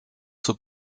zur